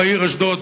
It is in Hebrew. בעיר אשדוד,